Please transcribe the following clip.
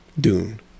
Dune